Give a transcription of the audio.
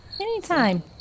anytime